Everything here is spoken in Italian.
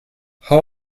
hall